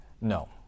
No